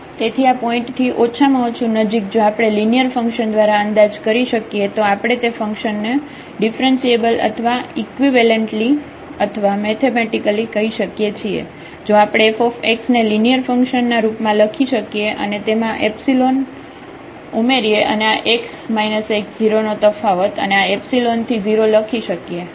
તેથી આ પોઇન્ટ થી ઓછમાં ઓછું નજીક જો આપણે લિનિયર ફંક્શન દ્વારા અંદાજ કરી શકીએ તો આપણે તે ફંક્શન ને ડિફ્રન્સિએબલ અથવા ઈકવિવેલન્ટલી અથવા મેથેમેટિકલી કહી શકીએ છીએ જો આપણે આ f ને લિનિયર ફંક્સન ના રૂપ માં લખી શકીએ અને તેમાં એપ્સિલોન ઉમેરીએ અને આ x x0 નો તફાવત અને આ ϵ→0 લખી શકીએ